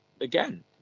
again